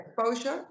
exposure